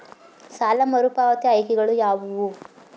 ಸಾಲ ಮರುಪಾವತಿ ಆಯ್ಕೆಗಳು ಯಾವುವು?